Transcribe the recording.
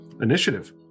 Initiative